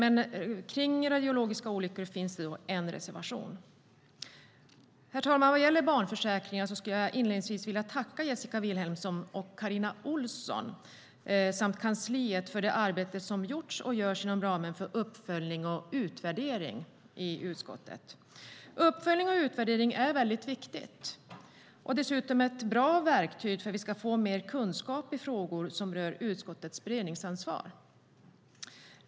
Avseende radiologiska olyckor finns en reservation. Herr talman! Vad beträffar barnförsäkringar skulle jag inledningsvis vilja tacka Jessika Vilhelmsson och Carina Ohlsson samt kansliet för det arbete som gjorts och görs inom ramen för uppföljning och utvärdering i utskottet. Uppföljning och utvärdering är väldigt viktigt och dessutom ett bra verktyg för att vi ska få mer kunskap i frågor som rör utskottets beredningsansvar.